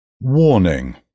Warning